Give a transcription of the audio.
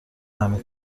همین